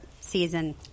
season